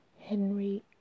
Henry